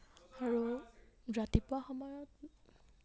আৰু ৰাতিপুৱা সময়ত